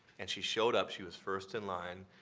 and she showed up. she was first in line.